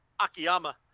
Akiyama